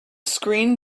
screen